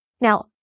Now